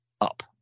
up